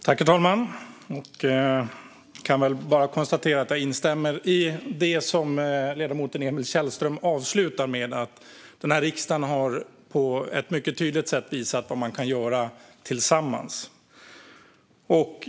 Herr talman! Jag instämmer i det som ledamoten Emil Källström avslutade med. Den här riksdagen har på ett mycket tydligt sätt visat vad man kan göra tillsammans.